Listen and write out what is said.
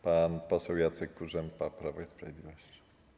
Pan poseł Jacek Kurzępa, Prawo i Sprawiedliwość.